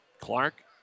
Clark